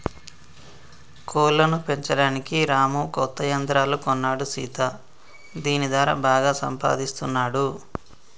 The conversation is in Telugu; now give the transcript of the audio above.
కోళ్లను పెంచడానికి రాము కొత్త యంత్రాలు కొన్నాడు సీత దీని దారా బాగా సంపాదిస్తున్నాడు